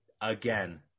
again